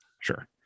Sure